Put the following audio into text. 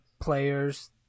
players